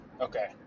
okay